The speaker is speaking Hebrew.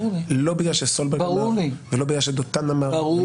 לא בגלל שסולברג אמר ולא בגלל שדותן אמר ולא